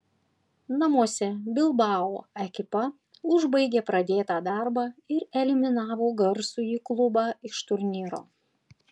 namuose bilbao ekipa užbaigė pradėtą darbą ir eliminavo garsųjį klubą iš turnyro